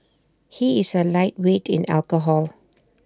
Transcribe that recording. he is A lightweight in alcohol